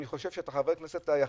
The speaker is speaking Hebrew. אני חושב שאתה חבר הכנסת היחיד,